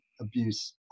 abuse